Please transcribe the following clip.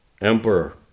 emperor